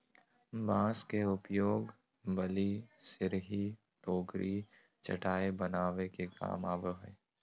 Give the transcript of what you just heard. बांस के उपयोग बल्ली, सिरही, टोकरी, चटाय बनावे के काम आवय हइ